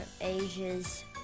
ages